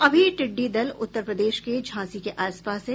अभी टिड्डी दल उत्तर प्रदेश के झांसी के आस पास है